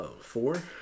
four